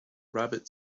rabbit